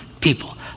people